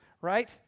right